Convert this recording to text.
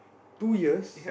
two years